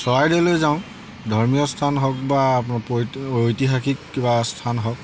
চৰাইদেউলৈ যাওঁ ধৰ্মীয় স্থান হওক বা আপোনাৰ ঐতিহাসিক কিবা স্থান হওক